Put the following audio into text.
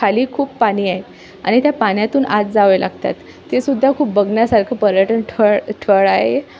खाली खूप पाणी आहे आणि त्या पाण्यातून आत जावे लागतात ते सुद्धा खूप बघण्यासारखं पर्यटन ठळ ठळ आहे